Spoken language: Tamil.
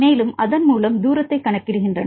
மேலும் அதன் மூலம் தூரத்தைக் கணக்கிடுகின்றன